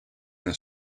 the